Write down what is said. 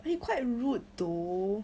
but he quite rude though